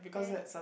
and